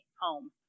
home